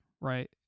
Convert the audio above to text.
right